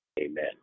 amen